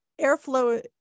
airflow